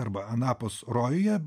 arba anapus rojuje